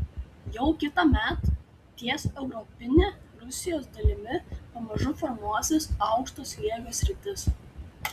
jau kitąmet ties europine rusijos dalimi pamažu formuosis aukšto slėgio sritis